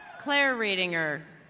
claire readinger.